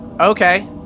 Okay